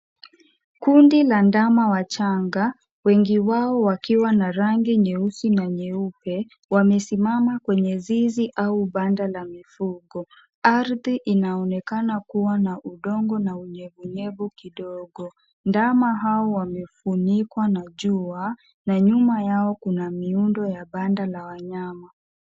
Kundi la ndama wachanga, wengi wao wakiwa na rangi nyeusi na nyeupe, wamesimama kwenye zizi au banda la mifugo. Ardhi inaonekana kuwa na udongo na unyevunyevu kidogo. Ndama hao wamefunikwa na jua na nyuma yao kuna miundo ya banda la wanyama.